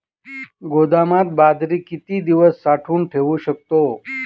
गोदामात बाजरी किती दिवस साठवून ठेवू शकतो?